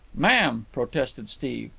ma'am! protested steve.